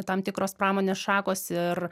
tam tikros pramonės šakos ir